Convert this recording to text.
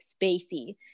spacey